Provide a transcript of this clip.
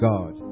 God